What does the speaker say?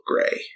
gray